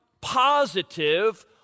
positive